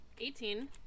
18